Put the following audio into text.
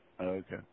Okay